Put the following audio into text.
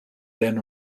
than